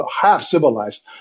half-civilized